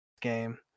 game